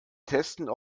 testen